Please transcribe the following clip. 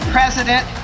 President